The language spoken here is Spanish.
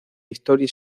historia